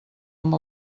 amb